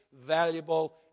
valuable